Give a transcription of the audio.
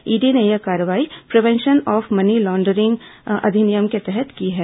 ED ने यह कार्रवाई प्रिवेंशन ऑफ मनी लॉन्ड्रिंग अधिनियम के तहत की है